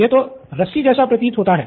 यह तो रस्सी जैसा प्रतीत होता है